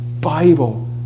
Bible